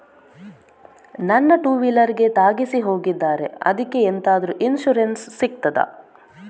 ನನ್ನ ಟೂವೀಲರ್ ಗೆ ತಾಗಿಸಿ ಹೋಗಿದ್ದಾರೆ ಅದ್ಕೆ ಎಂತಾದ್ರು ಇನ್ಸೂರೆನ್ಸ್ ಸಿಗ್ತದ?